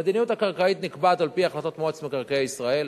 המדיניות הקרקעית נקבעת על-פי החלטות מועצת מקרקעי ישראל,